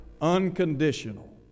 unconditional